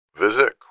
Visit